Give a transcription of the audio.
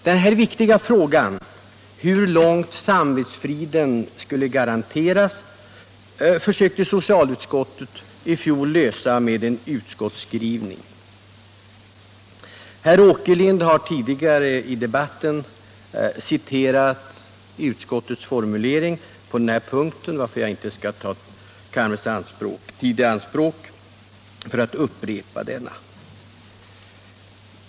Denna viktiga fråga, hur långt samvetsfriden skall garanteras, försökte socialutskottet i fjol lösa med en skrivning som herr Åkerlind tidigare i debatten har citerat, och jag skall därför inte nu ta kammarens tid i anspråk med att upprepa den formuleringen.